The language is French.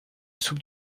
soupe